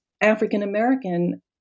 African-American